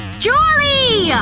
julie!